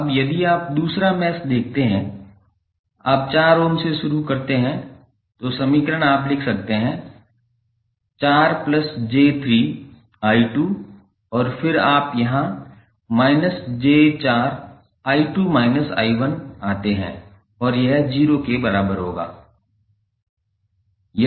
अब यदि आप दूसरा मैश देखते हैं आप 4 ओम से शुरू करते हैं तो समीकरण आप लिख सकते हैं 4j3I2 और फिर आप यहाँ −j4 आते हैं और यह 0 के बराबर होगा